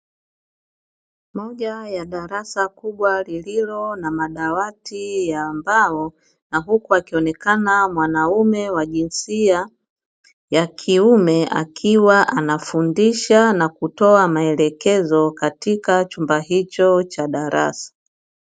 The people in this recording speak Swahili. Moja ya darasa kubwa lililo na madawati ya mbao na huku akionekana mwanaume wa jinsia ya kiume, akiwa anamfundisha na kutoa maelekezo katika chumba hicho cha darasa.